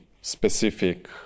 specific